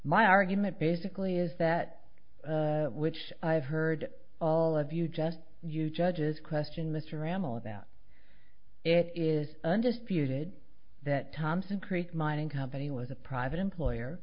my argument basically is that which i've heard all of you just you judges question this ramil about it is undisputed that thompson creek mining company was a private employer